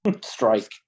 Strike